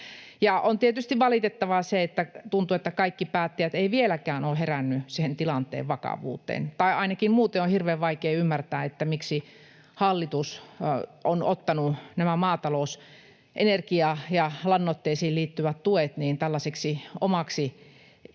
On tietysti valitettavaa, että tuntuu, että kaikki päättäjät eivät vieläkään ole heränneet siihen tilanteen vakavuuteen, tai ainakin muuten on hirveän vaikea ymmärtää, miksi hallitus on ottanut maatalous-, energia- ja lannoitteisiin liittyvät tuet tällaiseksi omaksi, voisiko